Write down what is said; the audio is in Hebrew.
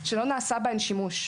שלא נעשה בהן שימוש.